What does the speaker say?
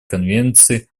конвенции